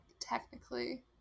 technically